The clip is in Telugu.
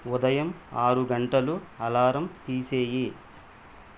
ఉదయం ఆరు గంటలు అలారం తీసేయి